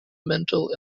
mental